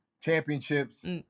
championships